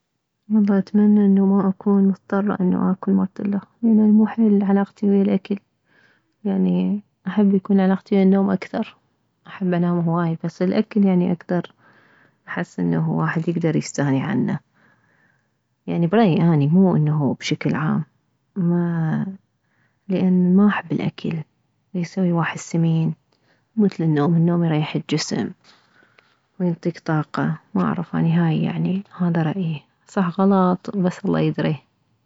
والله اتمنى انه ما اكون مضطرة انه اكل مرتلخ لان اني مو حيل علاقتي ويه الاكل يعني احب يكون علاقتي ويه النوم اكثر احب انام هواي بس الاكل يعني اكدر احس انه واحد يكدر يستغني عنه يعني برأيي اني مو انه بشكل عام لان ما احب الاكل يسوي واحد سمين مو مثل النوم النوم يريح الجسم وينطيك طاقة ما اعرف اني هاي هذا رأيي صح غلط بس الله يدري